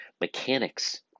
mechanics